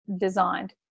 designed